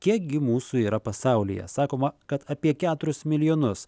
kiekgi mūsų yra pasaulyje sakoma kad apie keturis milijonus